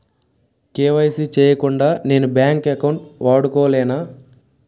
KYC చేయకుండా నేను bank account వాడుకొలేన?